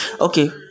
okay